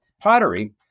pottery